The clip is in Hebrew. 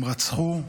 הם רצחו,